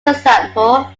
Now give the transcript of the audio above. example